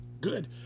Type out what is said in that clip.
Good